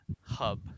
hub